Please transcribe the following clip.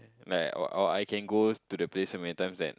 like or or I can go to the place so many times that